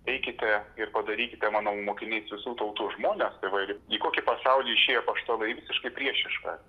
eikite ir padarykite mano mokiniais visų tautų žmones tai va ir į kokį pasaulį išėjo apaštalai į visiškai priešišką